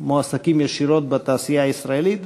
מועסקים ישירות בתעשייה הישראלית,